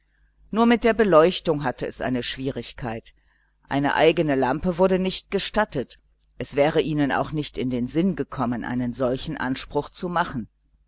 nur mit der beleuchtung hatte es seine schwierigkeit eine eigene lampe wurde nicht gestattet es wäre ihnen auch nicht in den sinn gekommen einen solchen anspruch zu machen